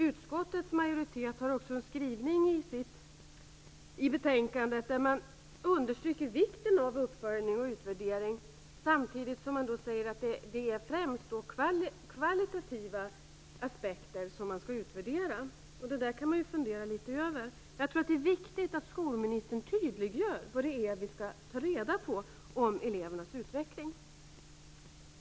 Utskottets majoritet har också en skrivning i betänkandet där man understryker vikten av uppföljning och uppvärdering, samtidigt som man säger att det främst är kvalitativa aspekter som man skall utvärdera. Det kan man fundera litet över. Jag tror att det är viktigt att skolministern tydliggör vad det är vi skall ta reda på om elevernas utveckling.